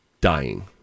dying